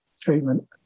treatment